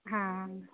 हां